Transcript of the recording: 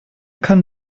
kann